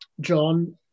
John